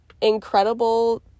incredible